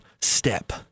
step